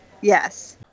yes